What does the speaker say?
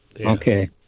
okay